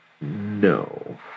No